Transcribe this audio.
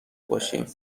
باشی